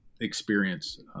experience